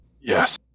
yes